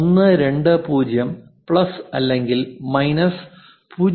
120 plus അല്ലെങ്കിൽ minus 0